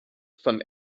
von